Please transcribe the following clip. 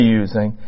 using